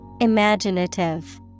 Imaginative